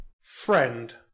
friend